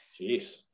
Jeez